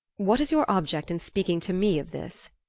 what is your object in speaking to me of this?